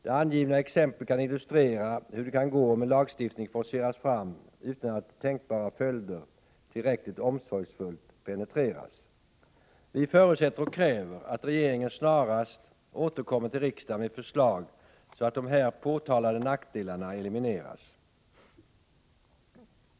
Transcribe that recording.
Det angivna exemplet kan illustrera hur det kan gå om en lagstiftning forceras fram utan att tänkbara följder tillräckligt omsorgsfullt penetrerats. Vi förutsätter och kräver att regeringen snarast återkommer till riksdagen med förslag så att de här påtalade nackdelarna elimineras.